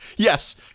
Yes